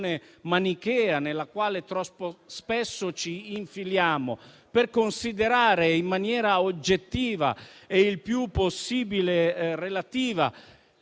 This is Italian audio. manichea nella quale troppo spesso ci infiliamo, per considerare in maniera oggettiva e il più possibile relativa